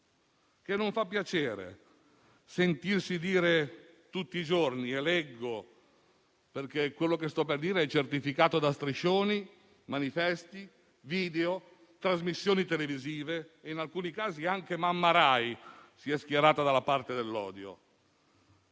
che non fa piacere sentirsi dire tutti i giorni quello che sto per dire. Leggo, perché è tutto certificato da striscioni, manifesti, video e trasmissioni televisive (in alcuni casi anche mamma RAI si è schierata dalla parte dell'odio):